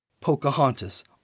Pocahontas